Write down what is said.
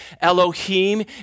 Elohim